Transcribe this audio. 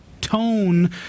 tone